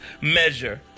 measure